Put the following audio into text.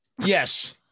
Yes